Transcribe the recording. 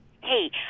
Hey